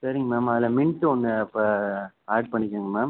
சரிங்க மேம் அதில் மின்ட் ஒன்று இப்போ ஆட் பண்ணிக்கிங்க மேம்